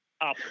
up